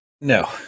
No